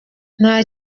nta